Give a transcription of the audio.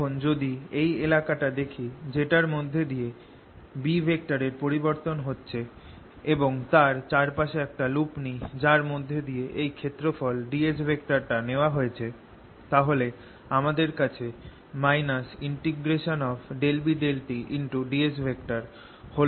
এখন যদি এই এলাকাটা দেখি যেটার মধ্যে দিয়ে B এর পরিবর্তন হচ্ছে এবং তার চারপাশে একটা লুপ নি যার মধ্যে দিয়ে এই ক্ষেত্রফল ds টা নেওয়া হয়েছে তাহলে আমাদের কাছে - ∂B∂tds হল একটা EMF